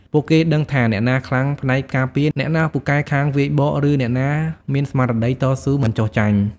ពួកគេដឹងថាអ្នកណាខ្លាំងផ្នែកការពារ អ្នកណាពូកែខាងវាយបក ឬអ្នកណាមានស្មារតីតស៊ូមិនចុះចាញ់។